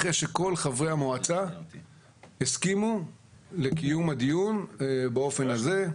אחרי שכל חברי המועצה הסכימו לקיום הדיון באופן הזה.